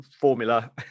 formula